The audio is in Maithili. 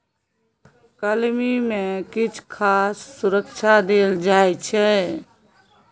कलमी मे किछ खास सुरक्षा देल जाइ छै